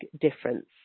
difference